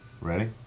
Ready